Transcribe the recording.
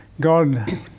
God